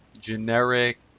generic